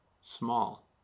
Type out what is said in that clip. small